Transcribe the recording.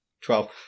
Twelve